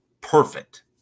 perfect